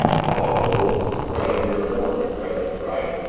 paw, bull, rattle your horns! travis cried.